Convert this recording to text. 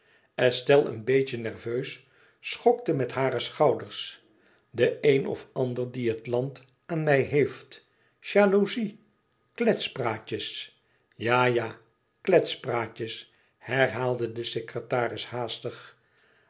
estelle een beetje nerveus schokte met hare schouders de een of ander die het land aan mij heeft jalouzie kletspraatjes ja ja kletspraatjes herhaalde de secretaris haastig